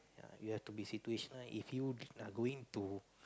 ya you have to be situational if you are going to